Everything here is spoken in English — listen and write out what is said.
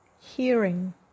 hearing